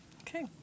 Okay